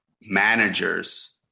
managers